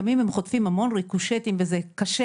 לפעמים הם חוטפים המון ריקושטים וזה קשה